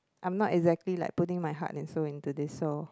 I'm not exactly like putting my heart and soul into this so